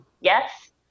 yes